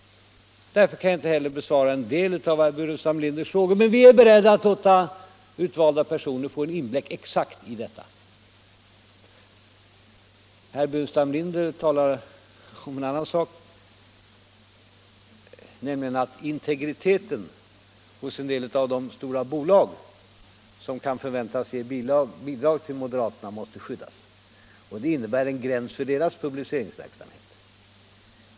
Därför kan jag inte heller besvara en del av Burenstam Linders frågor. Men vi är beredda att låta utvalda personer få en exakt inblick i detta. Herr Burenstam Linder talar om en annan sak, nämligen att integriteten hos en del av de stora bolag som kan förväntas ge bidrag till moderaterna måste skyddas, och det innebär en gräns för deras publicering av uppgifter.